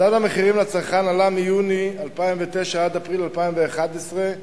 מדד המחירים לצרכן עלה מיוני 2009 עד אפריל 2011 ב-5.8%.